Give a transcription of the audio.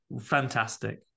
Fantastic